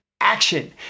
action